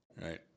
right